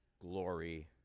glory